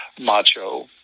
macho